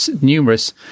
numerous